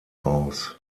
aus